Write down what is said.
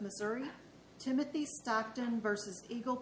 missouri timothy stockton versus eagle